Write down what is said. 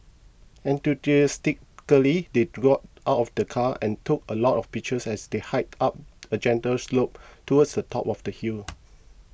enthusiastically they got out of the car and took a lot of pictures as they hiked up a gentle slope towards the top of the hill